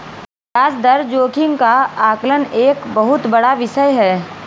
ब्याज दर जोखिम का आकलन एक बहुत बड़ा विषय है